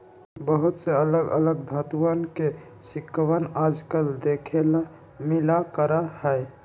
बहुत से अलग अलग धातुंअन के सिक्कवन आजकल देखे ला मिला करा हई